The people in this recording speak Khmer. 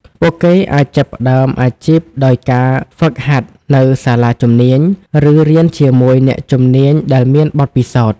ពួកគេអាចចាប់ផ្តើមអាជីពដោយការហ្វឹកហាត់នៅសាលាជំនាញ ឬរៀនជាមួយអ្នកជំនាញដែលមានបទពិសោធន៍។